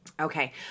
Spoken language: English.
Okay